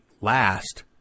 last